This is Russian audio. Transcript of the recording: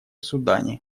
судане